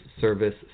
service